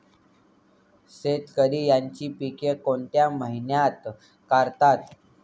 शेतकरी त्यांची पीके कोणत्या महिन्यात काढतात?